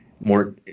more